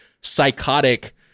psychotic